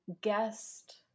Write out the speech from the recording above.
guest